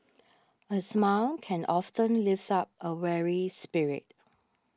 a smile can often lift up a weary spirit